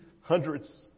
hundreds